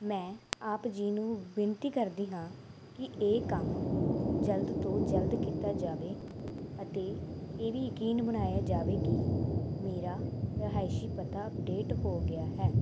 ਮੈਂ ਆਪ ਜੀ ਨੂੰ ਬੇਨਤੀ ਕਰਦੀ ਹਾਂ ਕਿ ਇਹ ਕੰਮ ਜਲਦ ਤੋਂ ਜਲਦ ਕੀਤਾ ਜਾਵੇ ਅਤੇ ਇਹ ਵੀ ਯਕੀਨੀ ਬਣਾਇਆ ਜਾਵੇ ਕਿ ਮੇਰਾ ਰਿਹਾਇਸ਼ੀ ਪਤਾ ਅਪਡੇਟ ਹੋ ਗਿਆ ਹੈ